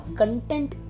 content